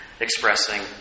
expressing